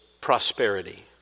prosperity